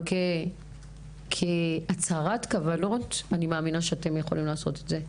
אבל כהצהרת כוונות אני מאמינה שאתם יכולים לעשות את זה.